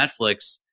Netflix